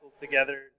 together